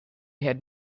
had